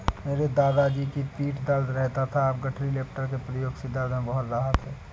मेरे पिताजी की पीठ दर्द रहता था अब गठरी लिफ्टर के प्रयोग से दर्द में बहुत राहत हैं